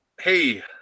Hey